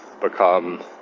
become